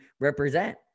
represent